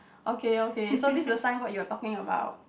okay okay so this is the signboard you are talking about